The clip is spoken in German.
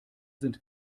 sind